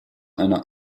einer